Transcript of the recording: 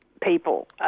people